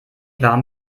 warm